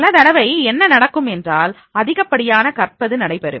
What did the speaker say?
பல தடவை என்ன நடக்கும் என்றால் அதிகப்படியான கற்பது நடைபெறும்